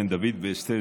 בן דוד ואסתר,